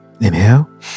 Inhale